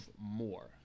more